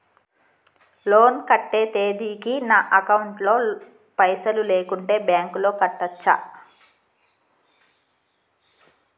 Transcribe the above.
Loan కట్టే తేదీకి నా అకౌంట్ లో పైసలు లేకుంటే బ్యాంకులో కట్టచ్చా?